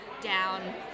down